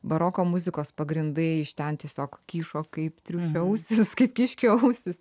baroko muzikos pagrindai iš ten tiesiog kyšo kaip triušio ausys kaip kiškio ausys